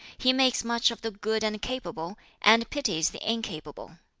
he makes much of the good and capable, and pities the incapable.